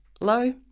low